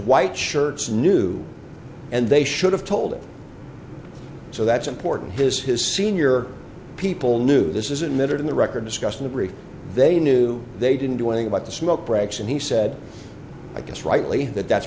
white shirts knew and they should have told him so that's important his his senior people knew this is a minute in the record discussed and they knew they didn't do anything about the smoke breaks and he said i guess rightly that that's